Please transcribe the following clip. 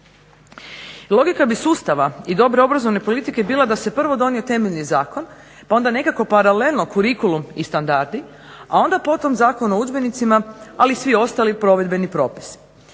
Logika bi sustava i dobre obrazovne politike bila da se prvo donio temeljni zakon pa onda nekako paralelno kurikulum i standardi a onda potom Zakon o udžbenicima ali i svi ostali provedbeni propisi.